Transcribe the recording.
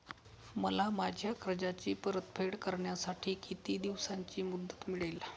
मला माझ्या कर्जाची परतफेड करण्यासाठी किती दिवसांची मुदत मिळेल?